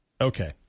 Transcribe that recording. Okay